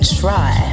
try